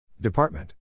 Department